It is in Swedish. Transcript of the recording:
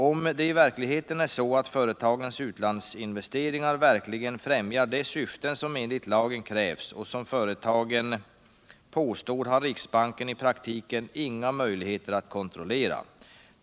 Om det i verkligheten är så, att företagens utlandsinvesteringar verkligen främjar de syften som enligt lagen krävs och som företagen påstår, har Riksbanken i praktiken ingen möjlighet att kontrollera.